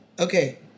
Okay